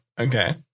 Okay